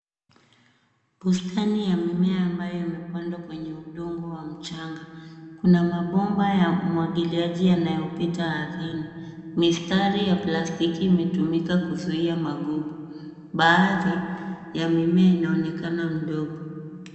Bustani ya mimea ambayo imepandwa kwa udongo wa mchanga. Kuna mabomba ya umwagiliaji yanayopita ardhini. Mistari ya plastiki imetumika kuzuia magugu. Baadhi ya mimea inaonekana midogo.